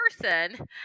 person